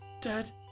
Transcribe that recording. Dad